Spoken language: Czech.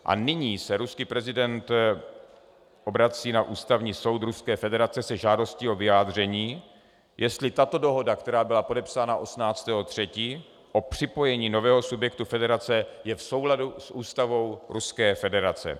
A nyní se ruský prezident obrací na Ústavní soud Ruské federace se žádostí o vyjádření, jestli tato dohoda, která byla podepsána 18. 3., o připojení nového subjektu federace, je v souladu s ústavou Ruské federace.